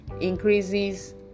increases